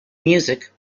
music